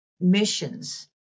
missions